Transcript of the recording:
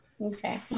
Okay